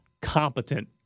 competent